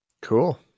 Cool